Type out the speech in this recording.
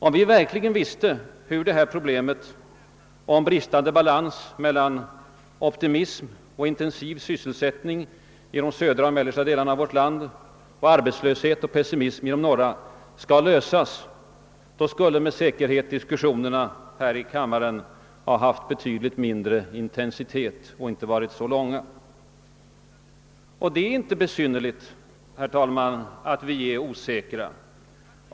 Om vi verkligen visste hur problemet om bristande balans mellan optimism och intensiv sysselsättning i de södra och mellersta delarna av vårt land och arbetslöshet och pessimism i de norra skall kunna lösas, skulle med säkerhet diskussionerna här i kammaren ha haft betydligt mindre intensitet och inte varit så långa. Och det är inte besynnerligt, herr talman, att vi är osäkra!